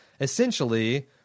essentially